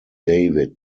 david